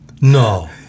No